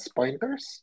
pointers